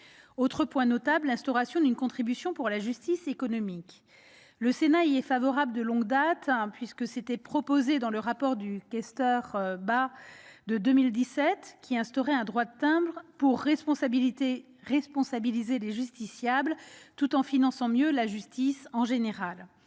Autre point notable, l'instauration d'une contribution pour la justice économique : le Sénat y est favorable de longue date. Cette mesure figurait dans le rapport d'information de Philippe Bas de 2017, qui instaurait un droit de timbre pour responsabiliser les justiciables tout en finançant mieux la justice en général.